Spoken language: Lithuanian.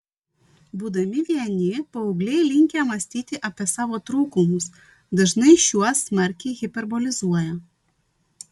būdami vieni paaugliai linkę mąstyti apie savo trūkumus dažnai šiuos smarkiai hiperbolizuoja